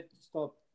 stop